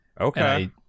Okay